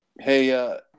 Hey